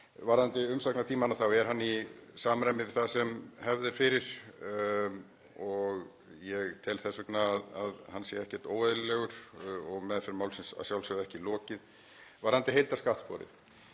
að umsagnartíminn er í samræmi við það sem hefð er fyrir. Ég tel þess vegna að hann sé ekkert óeðlilegur og meðferð málsins að sjálfsögðu ekki lokið. Varðandi heildarskattsporið: